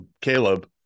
Caleb